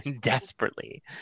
desperately